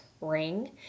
ring